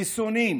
חיסונים,